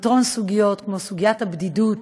בפתרון סוגיות כמו סוגיית הבדידות,